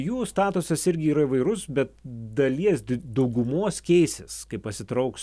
jų statusas irgi yra įvairus bet dalies daugumos keisis kai pasitrauks